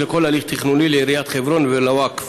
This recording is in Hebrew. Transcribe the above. לכל הליך תכנוני לעיריית חברון ולווקף,